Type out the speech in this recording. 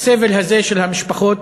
הסבל הזה של המשפחות